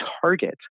target